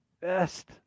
best